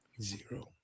Zero